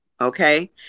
Okay